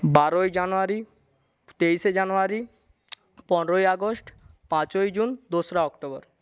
বারোই জানুয়ারি তেইশে জানুয়ারি পনেরই আগস্ট পাঁচই জুন দোসরা অক্টোবর